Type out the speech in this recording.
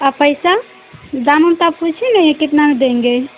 अ पैसा दाम उम त आप पूछी नही कितना में देंगे